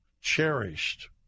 cherished